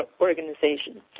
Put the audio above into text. organization